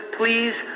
please